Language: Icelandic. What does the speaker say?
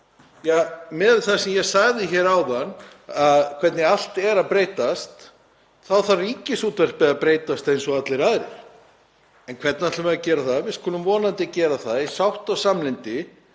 við það sem ég sagði hér áðan um hvernig allt er að breytast þá þarf Ríkisútvarpið að breytast eins og allir aðrir. En hvernig ætlum við að gera það? Við skulum vonandi finna leiðir í sátt og samlyndi